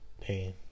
Pain